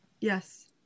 Yes